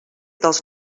dels